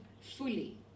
fully